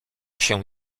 się